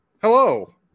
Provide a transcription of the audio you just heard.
Hello